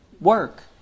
work